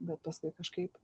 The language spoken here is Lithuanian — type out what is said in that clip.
bet paskui kažkaip